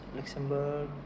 Luxembourg